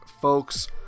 folks